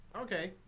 Okay